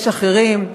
יש אחרים.